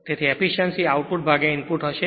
તેથી efficiency output input હશે